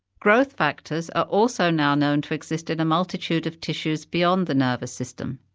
growth factors are also now known to exist in a multitude of tissues beyond the nervous system,